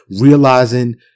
realizing